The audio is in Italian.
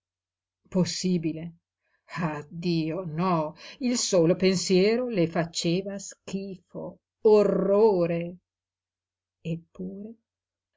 possibile ah dio no il solo pensiero le faceva schifo orrore eppure